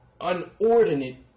unordinate